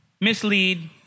mislead